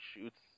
shoots